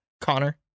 Connor